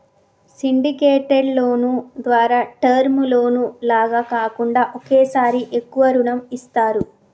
syndicated loan ద్వారా term loan లాగా కాకుండా ఒకేసారి ఎక్కువ రుణం ఇస్తారు